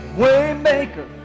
Waymaker